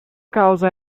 causa